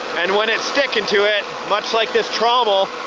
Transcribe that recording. and when it's sticking to it, much like this trommel,